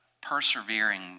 Persevering